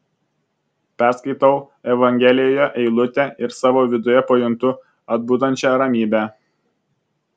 perskaitau evangelijoje eilutę ir savo viduje pajuntu atbundančią ramybę